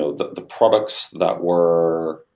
so the the products that were